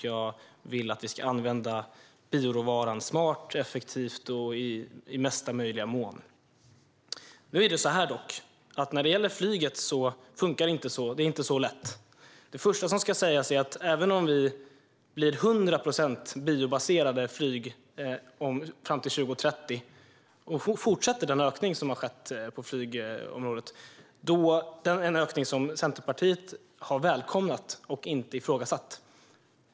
Jag vill att vi ska använda bioråvaran smart, effektivt och i mesta möjliga mån. När det gäller flyget funkar det dock inte så; det är inte så lätt. Låt oss tänka oss att vi har till 100 procent biobaserat flyg fram till år 2030 och fortsätter med den ökning som har skett på flygområdet - en ökning som Centerpartiet har välkomnat och inte ifrågasatt.